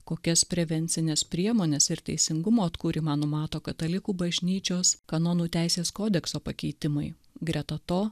kokias prevencines priemones ir teisingumo atkūrimą numato katalikų bažnyčios kanonų teisės kodekso pakeitimai greta to